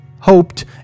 hoped